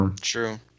True